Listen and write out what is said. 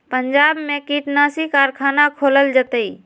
पंजाब में कीटनाशी कारखाना खोलल जतई